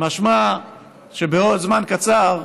משמע שבעוד זמן קצר,